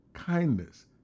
kindness